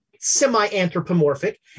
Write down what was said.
semi-anthropomorphic